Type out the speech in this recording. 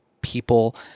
people